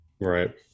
Right